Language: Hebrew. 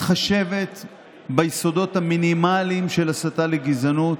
מתחשבת ביסודות המינימליים של הסתה לגזענות,